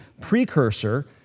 precursor